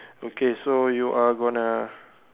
okay so you are gonna